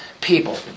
people